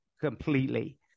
completely